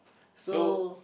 so